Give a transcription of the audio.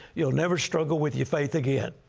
you'll never struggle with your faith again.